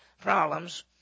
problems